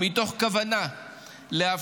מתוך כוונה לאפשר